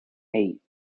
eight